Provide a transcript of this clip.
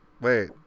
Wait